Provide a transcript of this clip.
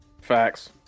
facts